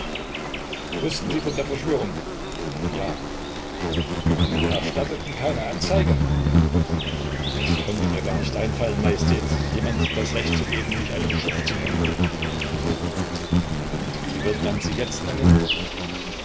wußten sie von der verschwörung ja und erstatteten keine anzeige es konnte mir gar nicht einfallen majestät jemand das recht zu geben mich einen schuft zu nennen und wie wird man sie jetzt nennen